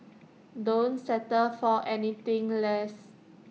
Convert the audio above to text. don't settle for anything less